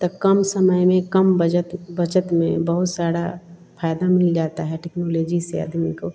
तो कम समय में कम बजत बचत में बहुत सारे फ़ायदे मिल जाते हैं टेक्नोलॉजी से आदमी को